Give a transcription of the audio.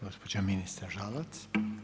gospođa ministar Žalac.